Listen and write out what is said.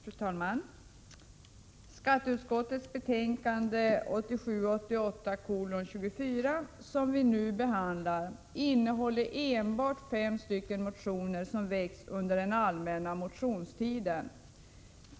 Fru talman! Skatteutskottets betänkande 1987/88:24, som vi nu behandlar, tar enbart upp fem motioner, som väckts under den allmänna motionstiden.